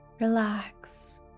relax